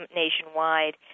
nationwide